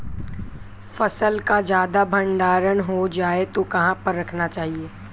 फसल का ज्यादा भंडारण हो जाए तो कहाँ पर रखना चाहिए?